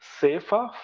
safer